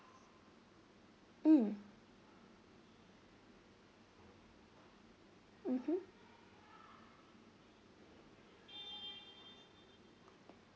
mm mmhmm